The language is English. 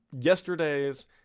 yesterday's